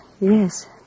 Yes